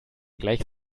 gleich